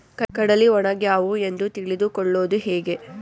ಕಡಲಿ ಒಣಗ್ಯಾವು ಎಂದು ತಿಳಿದು ಕೊಳ್ಳೋದು ಹೇಗೆ?